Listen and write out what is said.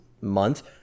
month